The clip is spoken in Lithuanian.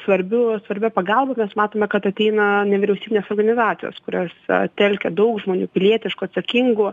svarbiu svarbia pagalba mes matome kad ateina nevyriausybinės organizacijos kuriose telkia daug žmonių pilietiškų atsakingų